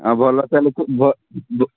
ଭଲ ଚାଲିଛି